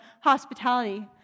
hospitality